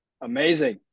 Amazing